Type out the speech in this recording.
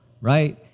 right